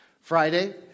Friday